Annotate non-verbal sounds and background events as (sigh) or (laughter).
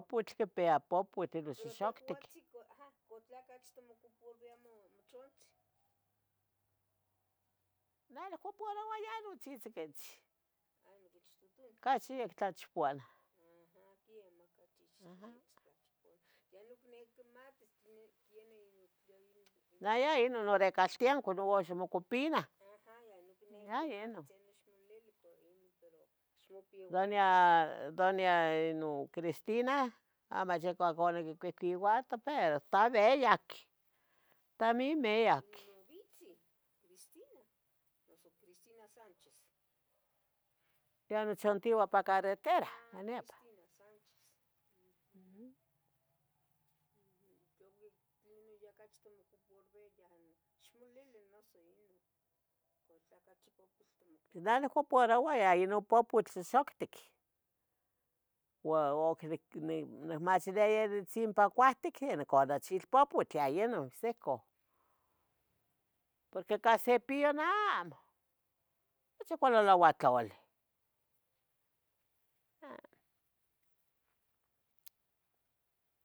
Pouitl quipia popotl xoxoctic,. UO touatzin tlen ocach itmoocuparvilia mochantzin?. Neh niocoparoua yeh non tzihtziquitzih. (unintelligible) Ocachi yec tlacpiana. Aja quemah yeh (unintelligible) yeh inon quiniqui quimatis. (unintelligible) Neh no inon caltienco tlen uax mocupina Aja yehua inon icniqui ixcomolvilihtzino…. Doña inon Cristina, (unintelligible) ta bien veyac. Ta bien veyac ¿Novitzin, Cristina? ¿Noso Cristina Sánchez?. Nochantia nepa ca carretera, nepah Ah, Cristian Sanchez. Tlenoh ya cachi itmocuparviya ixlili noso inon tla ocachi popotl. Neh ocachi niocuparoua popotl xoxohtic uo oc nicmaseleya sipah cuatic de chilpopotl de inon seco porque cahse pio, neh amo, ocachi cuali lauatlaualih. (hesitation)